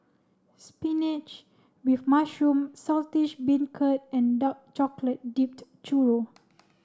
Spinach with Mushroom Saltish Beancurd and Dark Chocolate Dipped Churro